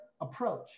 approach